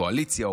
מקואליציה,